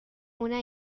una